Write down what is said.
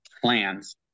plans